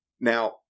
Now